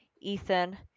Ethan